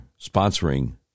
sponsoring